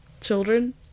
children